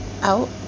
out